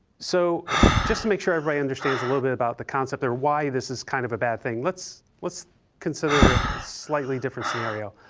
so just to make sure everybody understands a little bit about the concept or why this is kind of a bad thing, let's let's consider a slightly different scenario.